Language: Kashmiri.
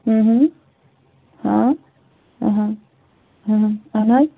اَہن حظ